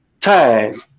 time